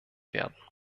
werden